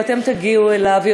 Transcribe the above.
ואתם תגיעו אליו,